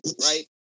right